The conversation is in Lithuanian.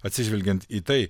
atsižvelgiant į tai